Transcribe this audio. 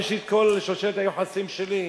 ויש לי כל שושלת היוחסין שלי.